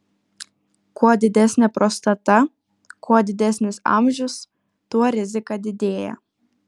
kuo didesnė prostata kuo didesnis amžius tuo rizika didėja